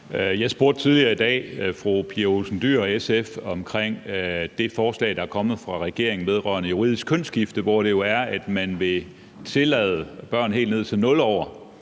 dag fru Pia Olsen Dyhr og SF omkring det forslag, der er kommet fra regeringen vedrørende juridisk kønsskifte, hvor man jo vil tillade børn helt ned til 0 år